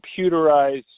computerized